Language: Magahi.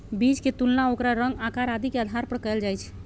बीज के तुलना ओकर रंग, आकार आदि के आधार पर कएल जाई छई